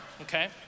Okay